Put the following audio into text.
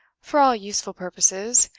for all useful purposes,